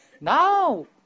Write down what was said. Now